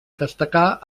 destacà